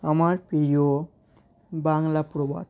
আমার প্রিয় বাংলা প্রবাদ